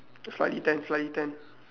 slightly tan slightly tan